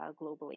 globally